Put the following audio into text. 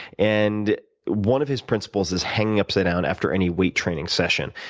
and one of his principles is hanging upside down after any weight training session.